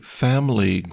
family